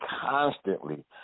constantly